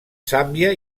zàmbia